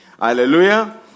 Hallelujah